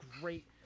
great